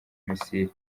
missile